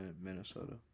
Minnesota